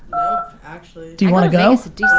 actually. do you wanna go?